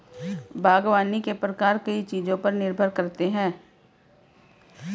बागवानी के प्रकार कई चीजों पर निर्भर करते है